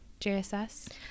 jss